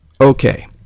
Okay